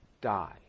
Die